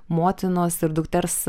motinos ir dukters